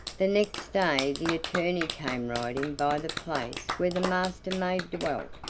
the next day the attorney came riding by the place where the master-maid dwelt.